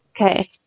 Okay